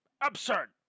Absurd